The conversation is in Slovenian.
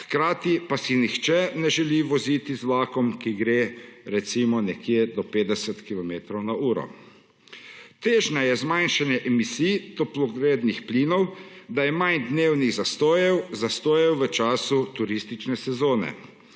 hkrati pa si nihče ne želi voziti z vlakom, ki gre recimo nekje do 50 kilometrov na uro. Težnja je zmanjšanje emisij toplogrednih plinov, da je manj dnevnih zastojev v času turistične sezone.